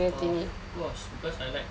of course cause I like